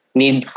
need